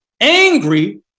angry